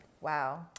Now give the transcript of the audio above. Wow